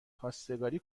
خواستگاری